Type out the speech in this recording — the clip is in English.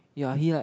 ya he like